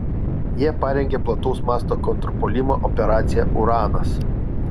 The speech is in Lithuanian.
jie parengė plataus masto kontrpuolimą operaciją uranas